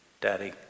Daddy